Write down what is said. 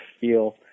feel